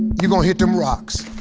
you gonna hit them rocks.